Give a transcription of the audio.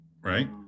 right